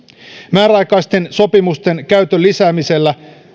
määräaikaisten sopimusten käytön lisäämisellä